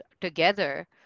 together